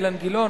אילן גילאון,